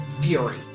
fury